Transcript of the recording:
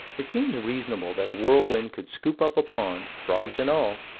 it seems reasonable that a whirlwind could scoop up a pond, frogs and all,